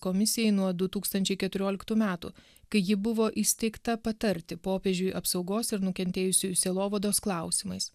komisijai nuo du tūkstančiai keturioliktų metų kai ji buvo įsteigta patarti popiežiui apsaugos ir nukentėjusiųjų sielovados klausimais